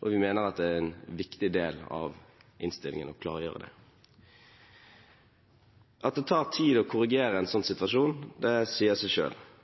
og vi mener at det er en viktig del av innstillingen å klargjøre det. At det tar tid å korrigere en sånn situasjon, sier seg